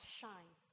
shine